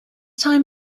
time